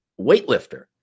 weightlifter